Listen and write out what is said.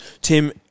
Tim